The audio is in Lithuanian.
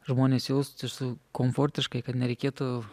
žmonės jaustųsi komfortiškai kad nereikėtų